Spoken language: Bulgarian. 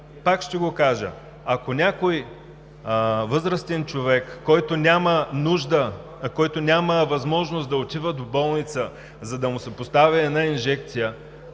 Пак ще го кажа: ако някой възрастен човек, който няма възможност да отиде в болницата, за да му се постави една инжекция,